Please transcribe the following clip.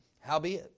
Howbeit